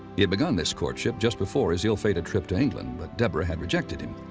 he had begun this courtship just before his ill-fated trip to england, but deborah had rejected him.